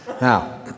Now